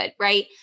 right